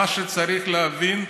מה שצריך להבין,